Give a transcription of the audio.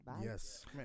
yes